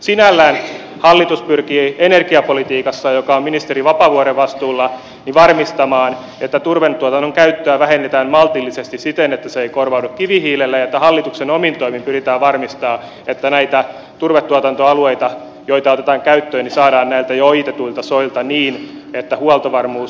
sinällään hallitus pyrkii energiapolitiikassa joka on ministeri vapaavuoren vastuulla varmistamaan että turvetuotannon käyttöä vähennetään maltillisesti siten että se ei korvaudu kivihiilellä ja hallituksen omin toimin pyritään varmistamaan että näitä turvetuotantoalueita joita otetaan käyttöön saadaan näiltä jo ojitetuilta soilta niin että huoltovarmuus säilyy